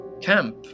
camp